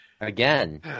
again